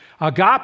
Agape